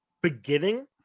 beginning